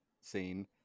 scene